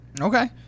Okay